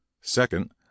Second